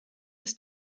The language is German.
ist